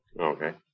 okay